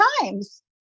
times